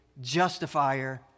Justifier